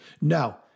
No